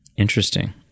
Interesting